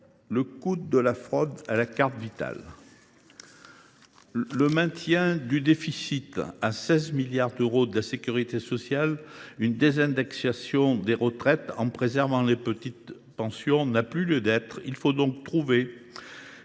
le coût de la fraude à la carte Vitale. Le maintien du déficit à 16 milliards d’euros de la sécurité sociale avec une désindexation des retraites, en préservant les petites pensions, n’a plus lieu d’être. Il nous faudra donc trouver